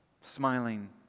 Smiling